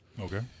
Okay